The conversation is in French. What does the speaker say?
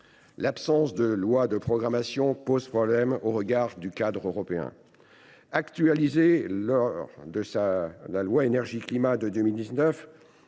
L’absence de loi de programmation pose également problème au regard du cadre européen. Actualisés lors de la loi Énergie climat de 2019,